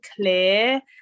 clear